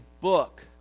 book